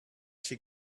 she